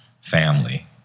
family